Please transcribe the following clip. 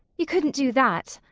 you couldn't do that.